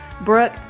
Brooke